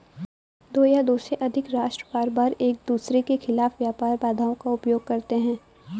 दो या दो से अधिक राष्ट्र बारबार एकदूसरे के खिलाफ व्यापार बाधाओं का उपयोग करते हैं